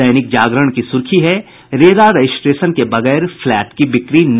दैनिक जागरण की सुर्खी है रेरा रजिस्ट्रेशन के बगैर फ्लैट की बिक्री नहीं